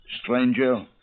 stranger